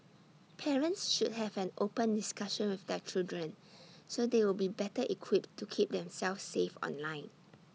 parents should have an open discussion with their children so they will be better equipped to keep themselves safe online